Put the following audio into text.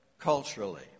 culturally